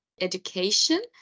education